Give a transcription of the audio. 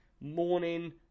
morning